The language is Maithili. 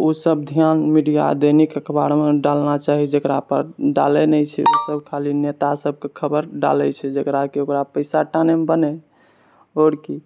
ओ सब ध्यान मीडिया दैनिक अखबारमे डालना चाही जकरापर डाले नहि छै ओ सभ खाली नेता सबकेँ खबरि डालै छै जकरा कि ओकरा पैसा टानेमे बने आओर कि